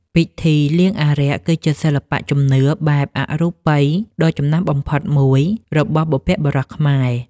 ពិធីលៀងអារក្ស គឺជាសិល្បៈជំនឿបែបអរូបិយដ៏ចំណាស់បំផុតមួយរបស់បុព្វបុរសខ្មែរ។